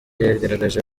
yagaragaje